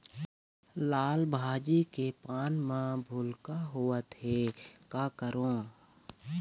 लाल भाजी के पान म भूलका होवथे, का करों?